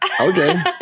Okay